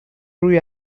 روی